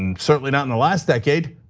and certainly not in the last decade,